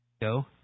go